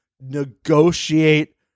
negotiate